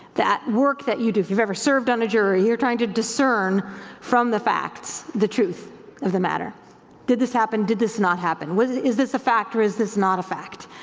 that work that you do. if you've ever served on a jury, you're trying to discern from the facts the truth of the matter did this happen, did this not happen? is this a fact or is this not a fact?